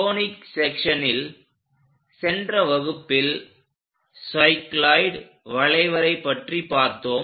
conic செக்சன்ஸனில் சென்ற வகுப்பில் சைக்ளோயிட் வளைவரை பற்றி பார்த்தோம்